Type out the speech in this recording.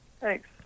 Thanks